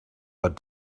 but